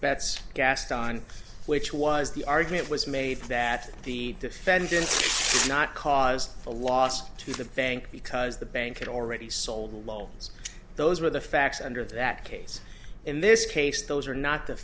bets cast on which was the argument was made that the defendant not caused a loss to the bank because the bank had already sold the loans those were the facts under that case in this case those are not the